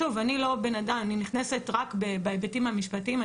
שוב, אני נכנסת רק בהיבטים המשפטיים.